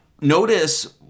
notice